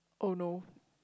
oh no